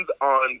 on